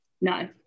No